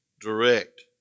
direct